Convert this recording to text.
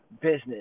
business